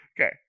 Okay